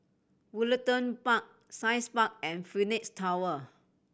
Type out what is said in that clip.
Woollerton Park Science Park and Phoenix Tower